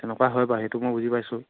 তেনেকুৱা হয় বাৰু সেইটো মই বুজি পাইছোঁ